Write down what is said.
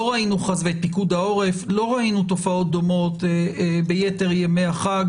לא ראינו תופעות דומות ביתר ימי החג.